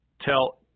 Tell